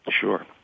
Sure